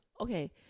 okay